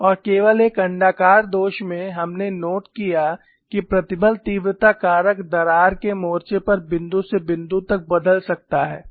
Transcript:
और केवल एक अण्डाकार दोष में हमने नोट किया कि प्रतिबल तीव्रता कारक दरार के मोर्चे पर बिंदु से बिंदु तक बदल सकता है